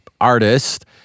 artist